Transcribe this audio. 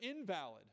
invalid